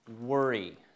worry